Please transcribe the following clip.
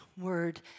word